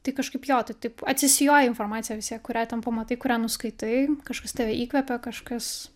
tai kažkaip jo tai taip atsisijoji informaciją vis tiek kurią ten pamatai kuria nuskaitai kažkas tave įkvepia kažkas